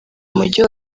umujyi